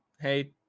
hey